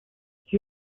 she